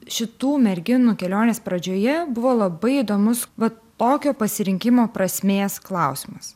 šitų merginų kelionės pradžioje buvo labai įdomus vat tokio pasirinkimo prasmės klausimas